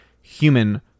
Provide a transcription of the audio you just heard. human